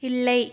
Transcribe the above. இல்லை